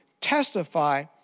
testify